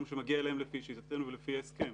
שמגיע להם לפי שיטתנו ולפי ההסכם.